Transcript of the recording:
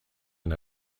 and